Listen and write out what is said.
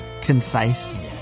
concise